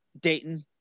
Dayton